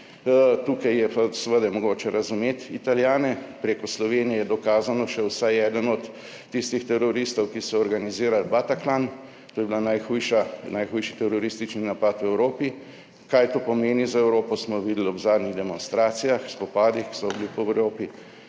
Tukaj je pa seveda mogoče razumeti Italijane – preko Slovenije je dokazano šel vsaj eden od tistih teroristov, ki so organizirali Bataclan, to je bil najhujši teroristični napad v Evropi. Kaj to pomeni za Evropo, smo videli ob zadnjih demonstracijah, spopadih, ki so bili po Evropi.